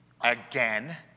Again